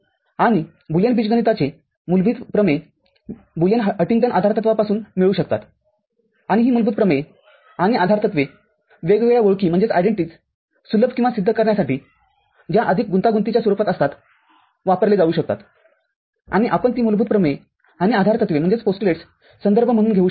आणि बुलियन बीजगणिताचे मूलभूत प्रमेय बुलियन हंटिंग्टन आधारतत्वापासून मिळू शकतात आणि ही मूलभूत प्रमेये आणि आधारतत्वे वेगवेगळ्या ओळखी सुलभ किंवा सिद्ध करण्यासाठी ज्या अधिक गुंतागुंतीच्या स्वरूपात असतात वापरले जाऊ शकतात आणि आपण ती मूलभूत प्रमेये आणि आधारतत्वेसंदर्भ म्हणून घेऊ शकतो